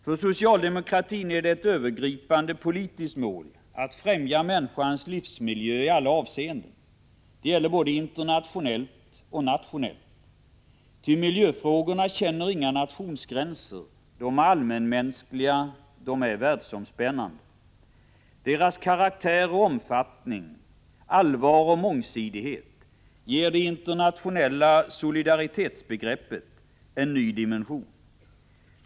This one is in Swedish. För socialdemokraterna är det ett övergripande politiskt mål att främja människans livsmiljö i alla avseenden. Det gäller både internationellt och nationellt, ty miljöfrågorna känner inga nationsgränser, de är allmänmänskliga och världsomspännande. Deras karaktär och omfattning, allvar och mångsidighet ger det internationella solidaritetsbegreppet en ny dimension.